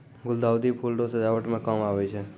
गुलदाउदी फूल रो सजावट मे काम आबै छै